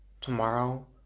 tomorrow